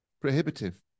prohibitive